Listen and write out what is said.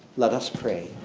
let us pray.